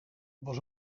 was